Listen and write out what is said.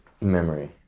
memory